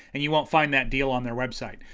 and you won't find that deal on their website.